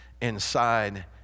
inside